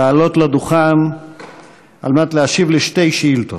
לעלות לדוכן כדי להשיב על שתי שאילתות.